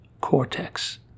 cortex